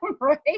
right